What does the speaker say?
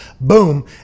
Boom